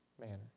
manner